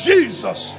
Jesus